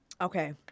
okay